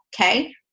okay